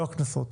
לא הקנסות,